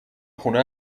خونه